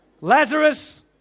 Lazarus